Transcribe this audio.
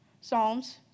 Psalms